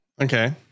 Okay